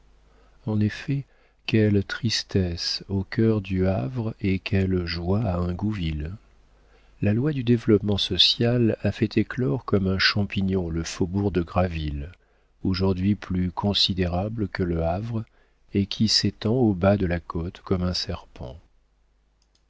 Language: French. en effet quelle tristesse au cœur du havre et quelle joie à ingouville la loi du développement social a fait éclore comme un champignon le faubourg de graville aujourd'hui plus considérable que le havre et qui s'étend au bas de la côte comme un serpent